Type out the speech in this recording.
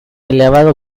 elevado